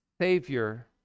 Savior